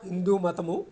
హిందూ మతము